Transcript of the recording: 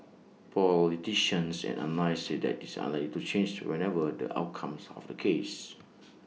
politicians and analysts say that is unlikely to change whatever the outcomes of the case